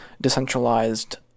decentralized